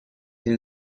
این